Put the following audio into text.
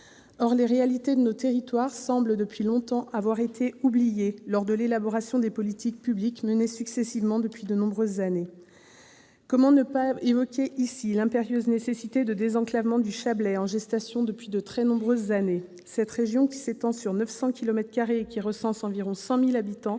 Or, les réalités de nos territoires semblent depuis longtemps avoir été oubliées dans l'élaboration des politiques publiques menées successivement depuis de nombreuses années. Comment ne pas évoquer ici l'impérieuse nécessité de désenclavement du Chablais, en gestation depuis de très nombreuses années ? Cette région, qui s'étend sur 900 kilomètres carrés et recense environ 100 000 habitants,